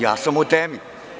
Ja sam u temi.